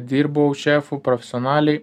dirbau šefu profesionaliai